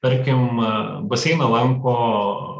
tarkim baseiną lanko